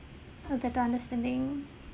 a better understanding